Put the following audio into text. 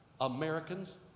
Americans